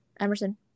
Emerson